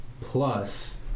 plus